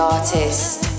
Artist